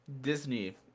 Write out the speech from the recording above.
Disney